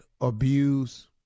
abuse